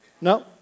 No